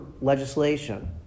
legislation